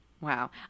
Wow